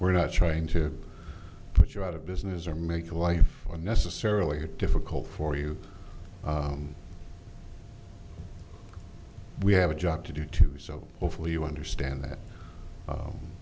we're not trying to put you out of business or make life unnecessarily it difficult for you and we have a job to do too so hopefully you understand that